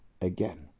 again